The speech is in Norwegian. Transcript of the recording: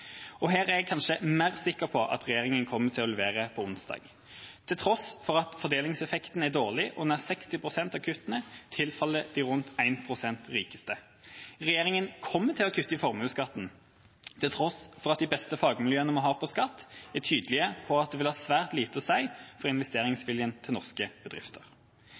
formuesskatten. Her er jeg kanskje mer sikker på at regjeringa kommer til å levere på onsdag, til tross for at fordelingseffekten er dårlig og nær 60 pst. av kuttene tilfaller de rundt 1 pst. rikeste. Regjeringa kommer til å kutte i formuesskatten, til tross for at de beste fagmiljøene vi har på skatt, er tydelige på at det vil ha svært lite å si for investeringsviljen til norske bedrifter.